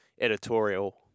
editorial